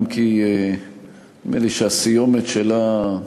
אם כי נדמה לי שהסיומת שלה,